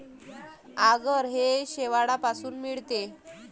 आगर हे शेवाळापासून मिळते